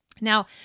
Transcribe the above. Now